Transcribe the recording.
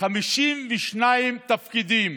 52 תפקידים